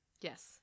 Yes